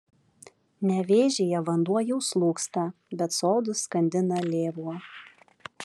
nevėžyje vanduo jau slūgsta bet sodus skandina lėvuo